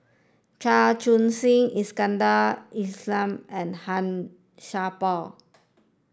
Chua Soo Khim Iskandar Ismail and Han Sai Por